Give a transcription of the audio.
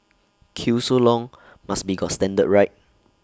queue so long must be got standard right